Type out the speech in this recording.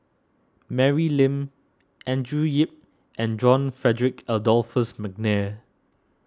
Mary Lim Andrew Yip and John Frederick Adolphus McNair